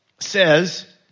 says